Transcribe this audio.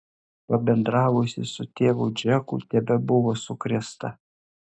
pabendravusi su tėvu džeku tebebuvo sukrėsta